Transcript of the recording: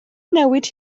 newid